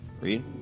Read